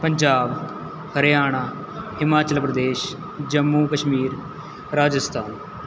Punjab Haryana Himachal Pradesh Jammu Kashmir Rajasthan